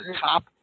top